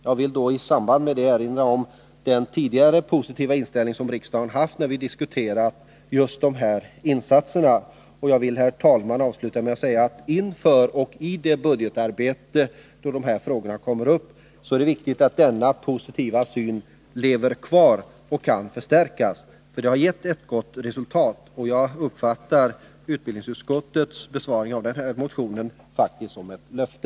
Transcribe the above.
Jag vill i detta sammanhang erinra om den positiva inställning som riksdagen tidigare visat när just de här insatserna har varit uppe till diskussion. Avslutningsvis vill jag, herr talman, säga att inför och i det budgetarbete då dessa frågor kommer upp är det viktigt att denna positiva syn lever kvar och kan förstärkas. Resultatet har nämligen blivit bra, och jag uppfattar faktiskt utbildningsutskottets behandling av motionen som ett löfte.